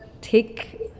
take